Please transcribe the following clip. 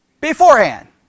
beforehand